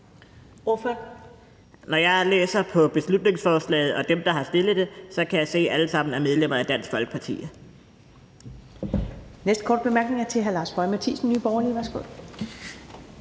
Når jeg læser beslutningsforslaget og ser på, hvem der har fremsat det, kan jeg se, at de alle sammen er medlemmer af Dansk Folkeparti.